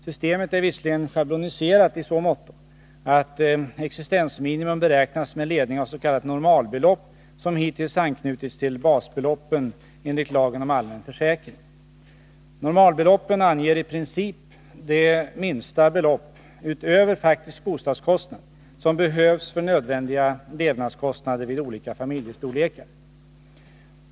Systemet är visserligen schabloniserat i så måtto att existensminimum beräknas med ledning av s.k. normalbelopp som hittills anknutits till basbeloppen enligt lagen om allmän försäkring. Normalbeloppen anger i princip det minsta belopp, utöver faktisk bostadskostnad, som behövs för nödvändiga levnadskostnader vid olika familjestorlekar.